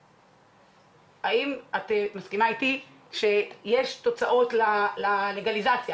האם את מסכימה אתי שיש תוצאות ללגליזציה?